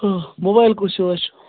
mobile کُس ہیٛوٗ حظ چھُ